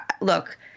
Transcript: look –